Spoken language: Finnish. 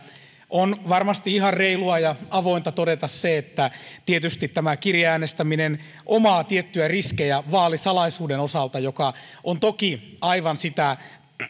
on varmasti ihan reilua ja avointa todeta se että tietysti tämä kirjeäänestäminen omaa tiettyjä riskejä vaalisalaisuuden osalta joka on toki aivan